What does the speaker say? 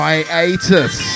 Hiatus